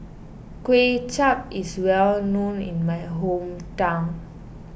Kway Chap is well known in my hometown